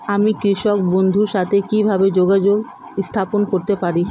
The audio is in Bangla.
আমি কৃষক বন্ধুর সাথে কিভাবে যোগাযোগ স্থাপন করতে পারি?